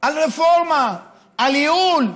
על רפורמה, על ייעול.